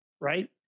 right